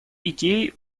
идеи